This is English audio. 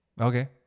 Okay